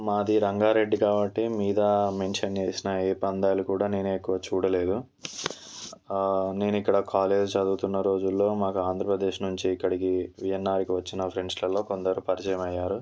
మాది రంగారెడ్డి కాబట్టి మీద మెన్షన్ చేసిన ఏ పందాలు కూడా నేను ఎక్కువ చూడలేదు నేను ఇక్కడ కాలేజీలో చదువుతున్న రోజుల్లో మాకు ఆంధ్రప్రదేశ్ నుంచి ఇక్కడికి విఎన్ఆర్కి వచ్చిన ఫ్రెండ్స్లలో కొందరు పరిచయం అయ్యారు